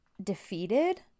defeated